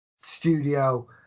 studio